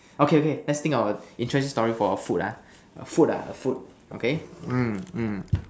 okay okay let's think about interesting story for a food ah food ah a food okay mm mm